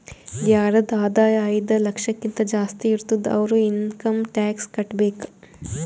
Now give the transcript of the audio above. ಯಾರದ್ ಆದಾಯ ಐಯ್ದ ಲಕ್ಷಕಿಂತಾ ಜಾಸ್ತಿ ಇರ್ತುದ್ ಅವ್ರು ಇನ್ಕಮ್ ಟ್ಯಾಕ್ಸ್ ಕಟ್ಟಬೇಕ್